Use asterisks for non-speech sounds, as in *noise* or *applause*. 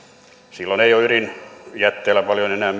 silloin ei ole ydinjätteellä paljon enää *unintelligible*